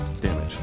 damage